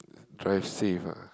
drive safe ah